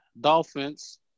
Dolphins